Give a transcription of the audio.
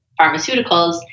pharmaceuticals